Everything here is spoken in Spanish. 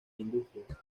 industrias